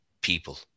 people